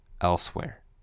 elsewhere